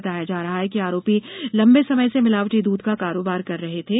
बताया जा रहा है कि आरोपी लम्बे समय से मिलावटी दूध का कारोबार कर रहे थे